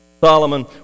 Solomon